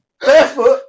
barefoot